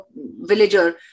villager